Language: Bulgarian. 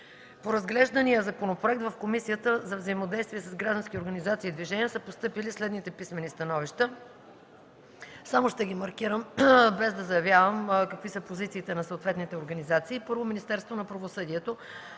По разглеждания законопроект в Комисията за взаимодействие с граждански организации и движения са постъпили следните писмени становища. Само ще ги маркирам, без да заявявам какви са позициите на съответните организации: 1. Министерството на правосъдието